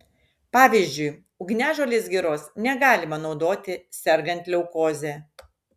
pavyzdžiui ugniažolės giros negalima naudoti sergant leukoze